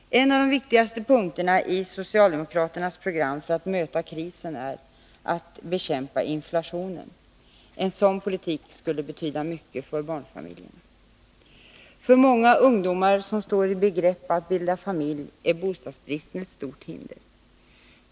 En av de viktigaste punkterna i socialdemokraternas program för att möta krisen är att bekämpa inflationen. En sådan politik skulle betyda mycket för barnfamiljerna. För många ungdomar som står i begrepp att bilda familj är bostadsbristen ett stort hinder.